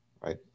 right